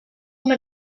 home